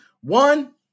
One